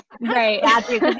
right